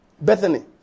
Bethany